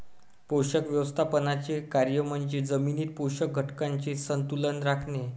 पोषक व्यवस्थापनाचे कार्य म्हणजे जमिनीतील पोषक घटकांचे संतुलन राखणे